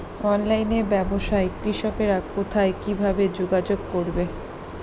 অনলাইনে ব্যবসায় কৃষকরা কোথায় কিভাবে যোগাযোগ করবে?